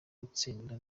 utsinda